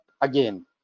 again